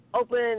open